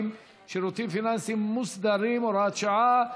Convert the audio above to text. (שירותים פיננסיים מוסדרים) (הוראת שעה),